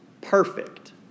perfect